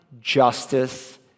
justice